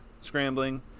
scrambling